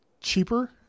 cheaper